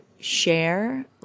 share